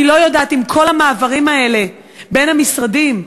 אני לא יודעת אם כל המעברים האלה בין המשרדים,